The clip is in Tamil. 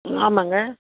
ம் ஆமாங்க